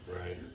Right